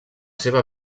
seva